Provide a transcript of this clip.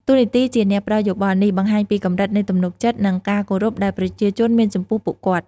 តួនាទីជាអ្នកផ្ដល់យោបល់នេះ បង្ហាញពីកម្រិតនៃទំនុកចិត្ត និងការគោរពដែលប្រជាជនមានចំពោះពួកគាត់។